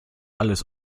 alles